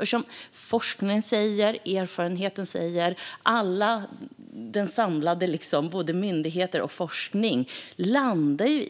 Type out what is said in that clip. Både forskning och erfarenhet och myndigheter landar